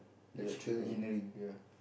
electrical ya